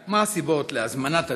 מה הסיבות להזמנת הדוח?